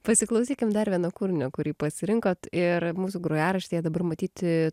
pasiklausykim dar vieno kūrinio kurį pasirinkot ir mūsų grojaraštyje dabar matyti